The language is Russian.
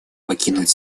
покинуть